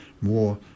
more